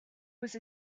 was